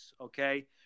Okay